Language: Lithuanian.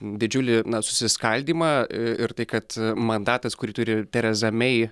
didžiulį na susiskaldymą ir tai kad mandatas kurį turi tereza mei